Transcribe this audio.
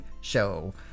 show